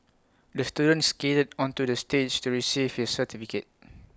the student skated onto the stage to receive his certificate